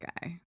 guy